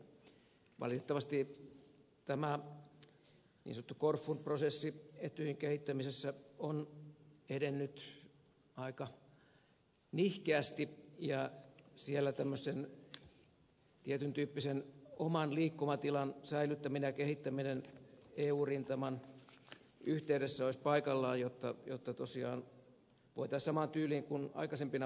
valitettavasti tä mä niin sanottu korfun prosessi etyjin kehittämisessä on edennyt aika nihkeästi ja siellä tämmöisen tietyntyyppisen oman liikkumatilan säilyttäminen ja kehittäminen eu rintaman yhteydessä olisi paikallaan jotta tosiaan voitaisiin samaan tyyliin kuin aikaisempina vuosikymmeninä olla tienraivaajina